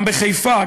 גם בחיפה,